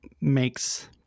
makes